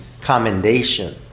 commendation